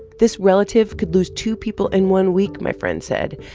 this relative could lose two people in one week, my friend said.